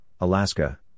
Alaska